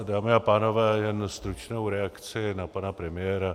Dámy a pánové, jen stručnou reakci na pana premiéra.